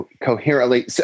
coherently